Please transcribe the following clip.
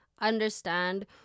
understand